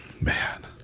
Man